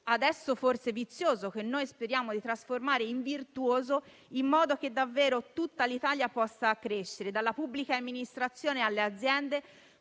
adesso forse vizioso, ma che speriamo di trasformare in virtuoso in modo tale che davvero tutta l'Italia possa crescere: dalla pubblica amministrazione alle aziende,